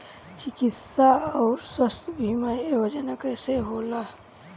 चिकित्सा आऊर स्वास्थ्य बीमा योजना कैसे होला?